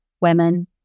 women